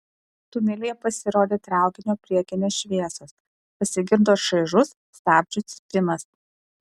tunelyje pasirodė traukinio priekinės šviesos pasigirdo šaižus stabdžių cypimas